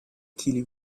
qui